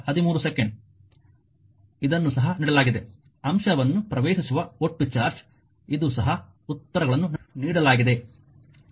ಇದನ್ನು ಸಹ ನೀಡಲಾಗಿದೆ ಅಂಶವನ್ನು ಪ್ರವೇಶಿಸುವ ಒಟ್ಟು ಚಾರ್ಜ್ ಇದು ಸಹ ಉತ್ತರಗಳನ್ನು ನೀಡಲಾಗಿದೆ